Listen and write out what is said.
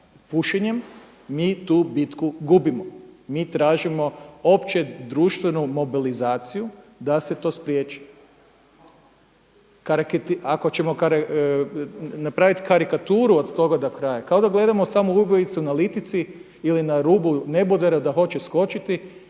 pušenjem mi tu bitku gubimo. Mi tražimo opće društvenu mobilizaciju da se to spriječi. Ako ćemo napraviti karikaturu od toga do kraja, kao da gledamo samo ubojicu na litici ili na rubu nebodera da hoće skočiti